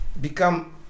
become